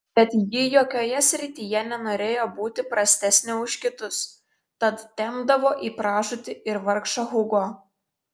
bet ji jokioje srityje nenorėjo būti prastesnė už kitus tad tempdavo į pražūtį ir vargšą hugo